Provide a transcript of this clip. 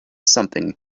something